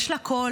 יש לה קול,